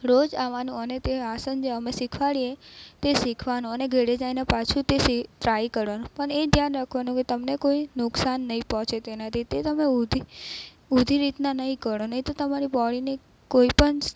રોજ આવવાનું અને તે આસન જે અમે શીખવાડીએ એ શીખવાનું અને ઘરે જઈને પાછું તે સી ટ્રાઇ કરવાનું પણ એ ધ્યાન રાખવાનું કે તમને કોઈ નુકસાન નહીં પહોંચે તેનાથી તે તમે ઊંધી ઊંધી રીતના નહીં કરો નહીં તો તમારું બોડીને કોઈ પણ